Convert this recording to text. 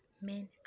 men